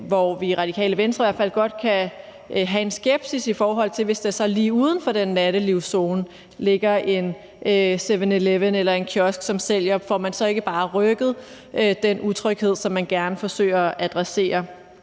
kan vi i Radikale Venstre i hvert fald godt kan have en skepsis, hvis der så lige uden for den nattelivszone ligger en 7-Eleven eller en kiosk, som sælger spiritus. Får man så ikke bare rykket den utryghed, som man forsøger at adressere?